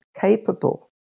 capable